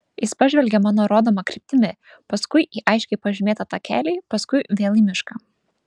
jis pažvelgė mano rodoma kryptimi paskui į aiškiai pažymėtą takelį paskui vėl į mišką